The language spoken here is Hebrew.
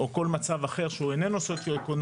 או כל מצב אחר שהוא איננו סוציו-אקונומי.